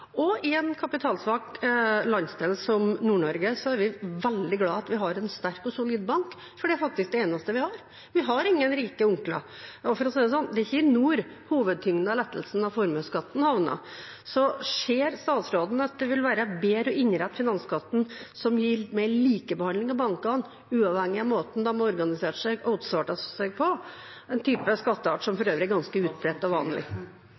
I en kapitalsvak landsdel som Nord-Norge er vi veldig glad for at vi har en sterk og solid bank, for det er faktisk det eneste vi har. Vi har ingen rike onkler, og for å si det sånn: Det er ikke i nord hovedtyngden av lettelsen i formuesskatten havner. Ser statsråden at det vil være bedre å innrette finansskatten slik at den gir mer likebehandling av bankene, uavhengig av måten de organiserer og outsourcer seg på? Det er en type skatteart som for øvrig er ganske utbredt